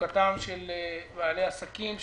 מצוקתם של בעלי עסקים,